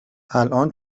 الان